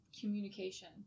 communication